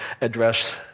address